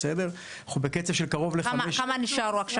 אנחנו בקצב של קרוב ל- -- כמה נשארו עכשיו?